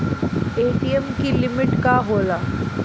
ATM की limit का होला?